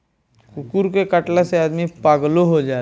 कुकूर के कटला से आदमी पागलो हो जाला